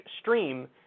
stream